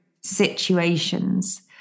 situations